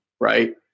right